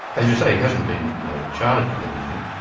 as you say, he hasn't been charged with anything.